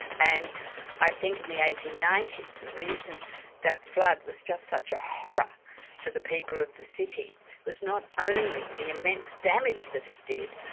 and i think in the eighteen ninety s, the reason that flood was just such a horror to the people of the city was not only the immense damage that it did,